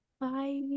Bye